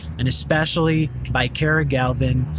and especially by kara galvin,